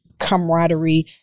camaraderie